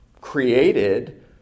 created